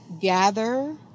gather